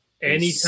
Anytime